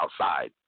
outside